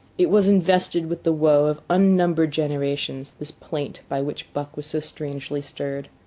it was invested with the woe of unnumbered generations, this plaint by which buck was so strangely stirred.